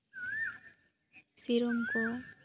ᱥᱤᱨᱚᱢ ᱠᱚ